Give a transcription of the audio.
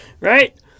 right